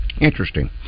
interesting